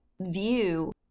view